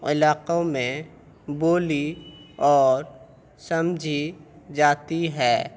علاقوں میں بولی اور سمجھی جاتی ہے